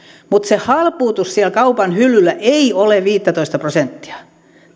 mutta se halpuutus siellä kaupan hyllyllä ei ole viittätoista prosenttia